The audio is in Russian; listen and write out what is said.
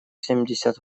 семьдесят